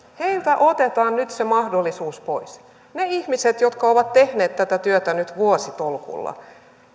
otetaan nyt se mahdollisuus pois ne ihmiset jotka ovat tehneet tätä työtä nyt vuositolkulla